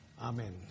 Amen